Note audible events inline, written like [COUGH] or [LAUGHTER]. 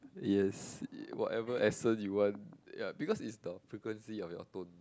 yes [NOISE] whatever accent you want ya because is the frequency of your tone